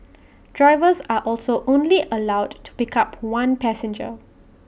drivers are also only allowed to pick up one passenger